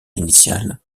initial